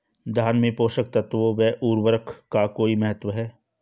धान में पोषक तत्वों व उर्वरक का कोई महत्व है?